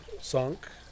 sunk